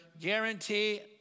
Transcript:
guarantee